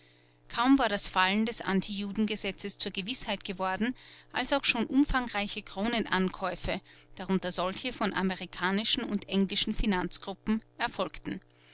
kaum war das fallen des antijudengesetzes zur gewißheit geworden als auch schon umfangreiche kronenankäufe darunter solche von amerikanischen und englischen finanzgruppen erfolgten